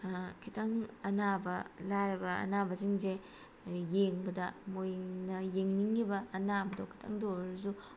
ꯈꯤꯇꯪ ꯑꯅꯥꯕ ꯂꯥꯏꯔꯕ ꯑꯅꯥꯕꯁꯤꯡꯁꯦ ꯌꯦꯡꯕꯗ ꯃꯣꯏꯅ ꯌꯦꯡꯅꯤꯡꯏꯕ ꯑꯅꯥꯕꯗꯣ ꯈꯤꯇꯪꯇ ꯑꯣꯏꯔꯁꯨ